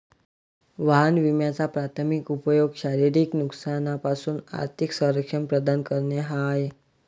वाहन विम्याचा प्राथमिक उपयोग शारीरिक नुकसानापासून आर्थिक संरक्षण प्रदान करणे हा आहे